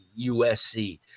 USC